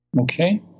Okay